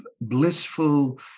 blissful